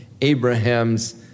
Abraham's